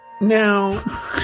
Now